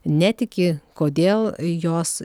netiki kodėl jos